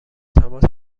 تماس